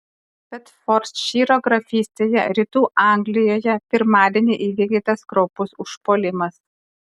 bedfordšyro grafystėje rytų anglijoje pirmadienį įvykdytas kraupus užpuolimas